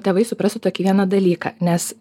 tėvai suprastų tokį vieną dalyką nes